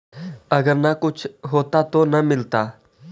अगर न कुछ होता तो न मिलता?